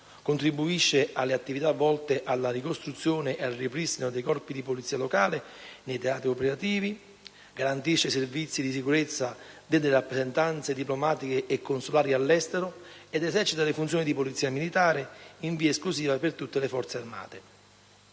contribuisce alle attività volte alla ricostruzione e al ripristino dei corpi di polizia locali nei teatri operativi, garantisce i servizi di sicurezza delle rappresentanze diplomatiche e consolari all'estero ed esercita le funzioni di polizia militare, in via esclusiva per tutte le Forze armate.